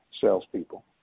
salespeople